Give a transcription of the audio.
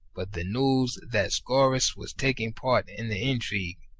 but the news that scaurus was taking part in the intrigue